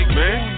man